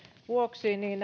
vuoksi niin